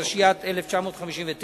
התשי"ט 1959,